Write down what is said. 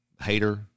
hater